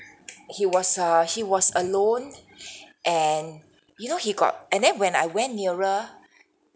he was err he was alone and you know he got and then when I went nearer